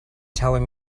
telling